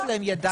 יש להם ידיים